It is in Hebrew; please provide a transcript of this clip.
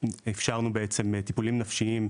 אפשרנו טיפולים נפשיים,